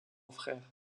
frère